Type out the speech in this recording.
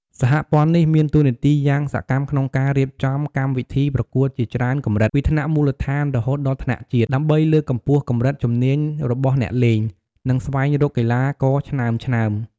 សហព័ន្ធនេះ មានតួនាទីយ៉ាងសកម្មក្នុងការរៀបចំកម្មវិធីប្រកួតជាច្រើនកម្រិត ពីថ្នាក់មូលដ្ឋានរហូតដល់ថ្នាក់ជាតិ ដើម្បីលើកកម្ពស់កម្រិតជំនាញរបស់អ្នកលេង និងស្វែងរកកីឡាករឆ្នើមៗ។